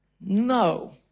no